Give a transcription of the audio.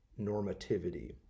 normativity